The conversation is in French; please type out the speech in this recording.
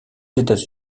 états